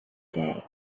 day